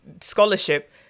scholarship